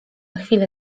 chwilę